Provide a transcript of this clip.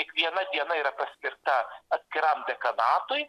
kiekviena diena yra paskirta atskiram dekanatui